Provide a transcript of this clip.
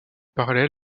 parallèle